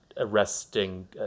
arresting